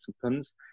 participants